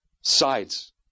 Sides